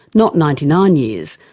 not ninety nine years,